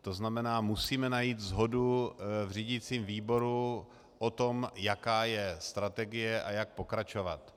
To znamená, musíme najít shodu v řídicím výboru o tom, jaká je strategie a jak pokračovat.